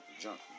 jump